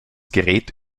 gerät